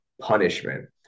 punishment